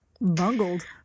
Bungled